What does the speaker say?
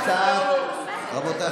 רבותיי,